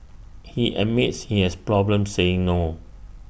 he admits he has problems saying no